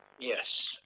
Yes